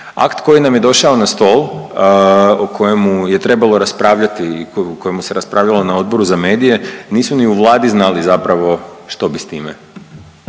Akt koji nam je došao na stol o kojemu je trebalo raspravljati i o kojemu se raspravljalo na Odboru za medije nisu ni u Vladi znali zapravo što bi s time,